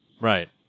Right